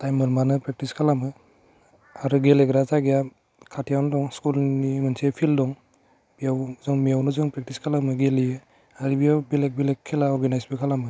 time मोनबानो practice खालामो आरो गेलेग्रा जायगाया खाथियावनो दं स्कुलनि मोनसे फिल्ड दं बेयाव जों बेयावनो जों प्रेक्टिस खालामो गेलेयो आरो बेयाव बेलेक बेलेक खेला अरगेनाइसबो खालामो